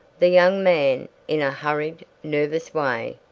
the young man, in a hurried, nervous way,